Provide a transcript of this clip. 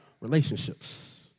relationships